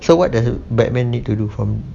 so what the batman need to do from